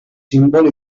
símbol